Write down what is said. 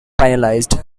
finalized